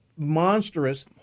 monstrous